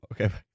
Okay